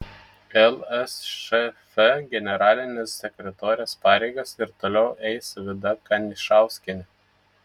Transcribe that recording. lsšf generalinės sekretorės pareigas ir toliau eis vida kanišauskienė